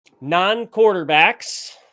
non-quarterbacks